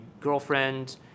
girlfriend